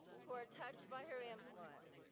who are touched by her influence,